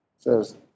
says